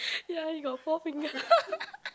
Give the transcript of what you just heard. ya he got four finger